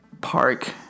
park